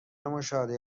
مشاهده